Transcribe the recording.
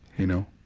you know?